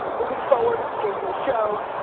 moving forward, taping the show.